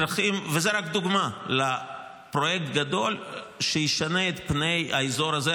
וזו רק דוגמה לפרויקט גדול שישנה את פני האזור הזה.